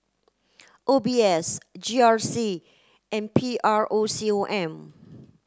O B S G R C and P R O C O M